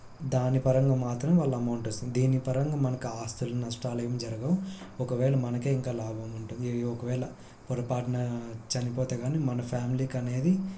దాని పరంగా మాత్రమే వాళ్ళ అమౌంట్ వస్తుంది దీని పరంగా మనకి ఆస్తులు నష్టాలేమి జరుగవు ఒకవేళ మనకే ఇంకా లాభం ఉంటుంది ఇది ఒకవేళ పొరపాటున చనిపోతే కానీ మన ఫ్యామిలీకి అనేది